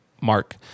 Mark